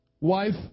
wife